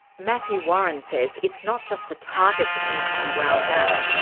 matthew warren says it's not just the target that needs to be wound back,